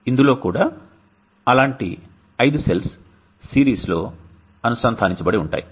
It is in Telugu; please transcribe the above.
ఇందులో కూడ అలాంటి 5 సెల్స్ సిరీస్లో అనుసంధానించబడి ఉంటాయి